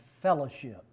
fellowship